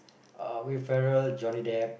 uh Will-Ferrell Johnny-Depp